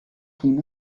team